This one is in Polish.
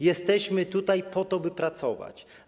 Jesteśmy tutaj po to, by pracować.